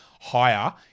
higher